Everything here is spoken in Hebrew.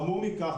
חמור מכך,